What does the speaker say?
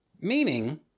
Meaning